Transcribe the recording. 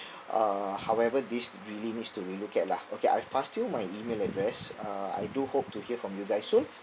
uh however this really needs to relook at lah okay I've passed you my email address uh I do hope to hear from you guys soon